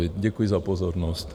Děkuji za pozornost.